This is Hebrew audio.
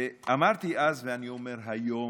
ואמרתי אז ואני אומר היום: